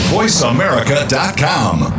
VoiceAmerica.com